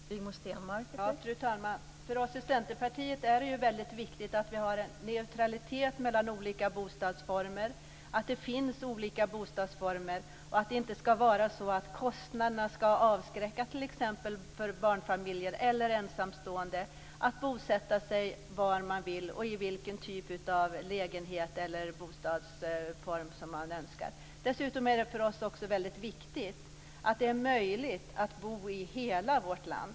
Fru talman! För oss i Centerpartiet är det ju väldigt viktigt att vi har en neutralitet mellan olika bostadsformer, att det finns olika bostadsformer och att det inte ska vara så att kostnaderna avskräcker t.ex. barnfamiljer eller ensamstående att bosätta sig var man vill och i vilken typ av lägenhet eller bostadsform som man önskar. Dessutom är det väldigt viktigt för oss att det ska vara möjligt att bo i hela vårt land.